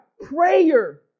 Prayer